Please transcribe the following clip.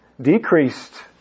decreased